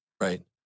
Right